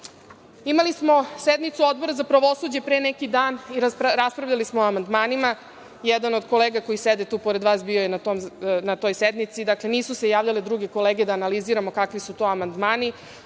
smo sednicu Odbora za pravosuđe pre neki dan i raspravljali smo o amandmanima. Jedan od kolega koji sedi tu pored vas bio je na toj sednici. Dakle, nisu se javljale druge kolege da analiziramo kakvi su to amandmani. Osnovna